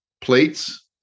plates